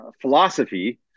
philosophy